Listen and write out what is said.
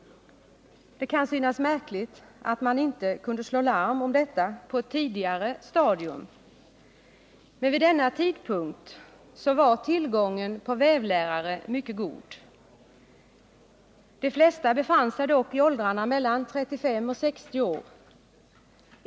Det kan synas märkligt att man inte kunde slå larm om detta på ett tidigare stadium. Men tillgången på vävlärare var då mycket god. De flesta befann sig dock i åldrarna mellan 35 och 60 år.